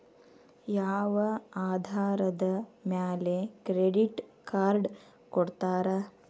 ಯಾವ ಆಧಾರದ ಮ್ಯಾಲೆ ಕ್ರೆಡಿಟ್ ಕಾರ್ಡ್ ಕೊಡ್ತಾರ?